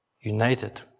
united